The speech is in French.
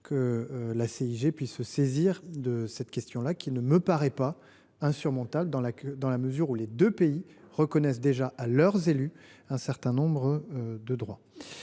que la CIG puisse se saisir de cette question. Cela ne me paraît pas insurmontable dans la mesure où les deux pays reconnaissent déjà à leurs élus un certain nombre de droits.